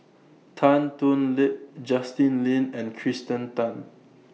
Tan Thoon Lip Justin Lean and Kirsten Tan